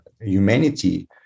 humanity